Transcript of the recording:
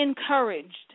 encouraged